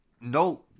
no